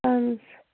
اہن حظ